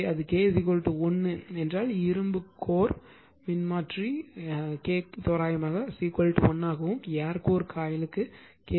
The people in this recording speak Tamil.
எனவே அது K 1 என்றால் இரும்பு கோர் மின்மாற்றி K தோராயமாக 1 ஆகவும் ஏர் கோர் காயில் K 0